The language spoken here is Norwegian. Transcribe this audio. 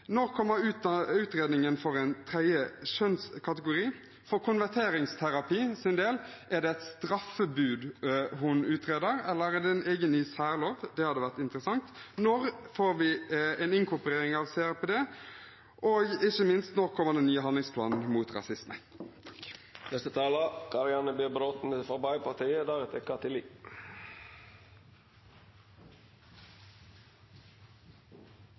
kommer utredningen om en tredje kjønnskategori? Når det gjelder konverteringsterapi, er det et straffebud hun utreder, eller er det en egen ny særlov? Det hadde vært interessant å vite. Når får vi en inkorporering av CRPD, og, ikke minst, når kommer den nye handlingsplanen mot rasisme?